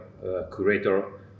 curator